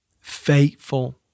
faithful